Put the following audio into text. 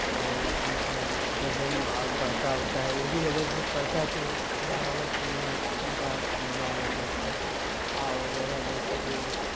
او جیسے نظم اور پڑھتا اوڑھتا ہے اردو لفظ بھی پڑھتا ہے تو اس اگلا والا سننا ہے سنتا ہے مزہ آ جاتا ہے اس کو اور وغیرہ جیسے کہ